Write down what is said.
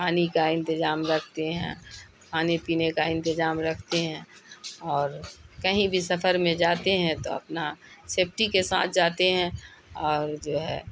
پانی کا انتظام رکھتے ہیں کھانے پینے کا انتظام رکھتے ہیں اور کہیں بھی سفر میں جاتے ہیں تو اپنا سیفٹی کے ساتھ جاتے ہیں اور جو ہے